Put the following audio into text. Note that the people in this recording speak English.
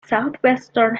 southwestern